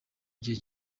gihe